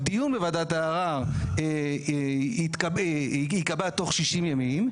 הדיון בוועדת הערר ייקבע תוך שישים ימים,